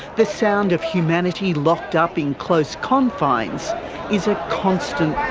the sound of humanity locked up in close confines is a constant